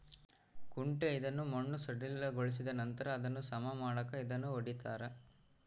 ಕುಂಟೆ ಇದನ್ನು ಮಣ್ಣು ಸಡಿಲಗೊಳಿಸಿದನಂತರ ಅದನ್ನು ಸಮ ಮಾಡಾಕ ಇದನ್ನು ಹೊಡಿತಾರ